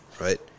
right